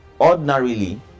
ordinarily